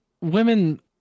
Women